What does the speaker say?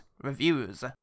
Reviews